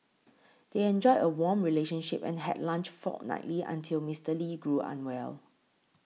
they enjoyed a warm relationship and had lunch fortnightly until Mister Lee grew unwell